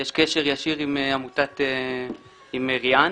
יש קשר ישיר עם מרכז ריאן